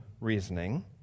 reasoning